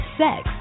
sex